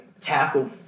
tackle